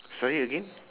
sorry again